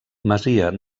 masia